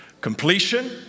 Completion